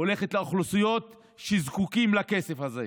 הולכת לאוכלוסיות שזקוקות לכסף הזה.